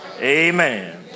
Amen